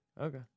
Okay